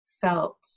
felt